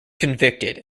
convicted